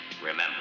remember